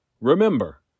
Remember